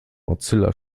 mozilla